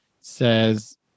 says